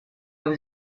was